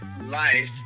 life